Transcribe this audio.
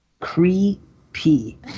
Creepy